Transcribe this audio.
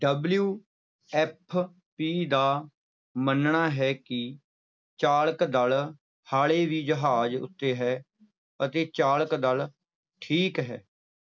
W F P ਦਾ ਮੰਨਣਾ ਹੈ ਕਿ ਚਾਲਕ ਦਲ ਹਾਲੇ ਵੀ ਜਹਾਜ਼ ਉੱਤੇ ਹੈ ਅਤੇ ਚਾਲਕ ਦਲ ਠੀਕ ਹੈ